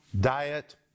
diet